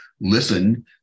listen